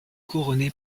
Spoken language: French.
couronné